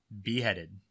beheaded